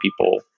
people